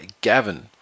Gavin